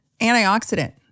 antioxidant